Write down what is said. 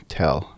tell